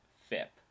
FIP